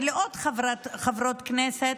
ולעוד חברות כנסת.